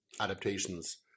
adaptations